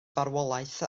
farwolaeth